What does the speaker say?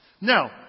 Now